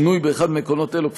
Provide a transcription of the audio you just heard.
שינוי באחד מעקרונות אלו,